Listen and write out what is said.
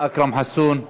אכרם חסון,